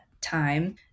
time